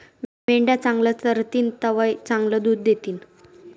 मेंढ्या चांगलं चरतीन तवय चांगलं दूध दितीन